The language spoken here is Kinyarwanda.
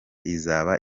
izaba